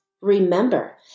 remember